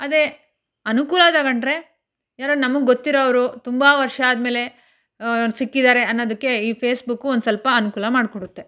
ಅದೇ ಅನುಕೂಲ ತಗೊಂಡ್ರೆ ಯಾರೋ ನಮಗೆ ಗೊತ್ತಿರೋರು ತುಂಬ ವರ್ಷ ಆದ್ಮೇಲೆ ಸಿಕ್ಕಿದ್ದಾರೆ ಅನ್ನೋದಕ್ಕೆ ಈ ಫೇಸ್ಬುಕ್ಕು ಒಂದು ಸ್ವಲ್ಪ ಅನುಕೂಲ ಮಾಡಿಕೊಡುತ್ತೆ